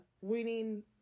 winning